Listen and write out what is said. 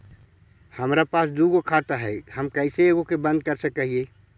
हमरा पास दु गो खाता हैं, हम कैसे एगो के बंद कर सक हिय?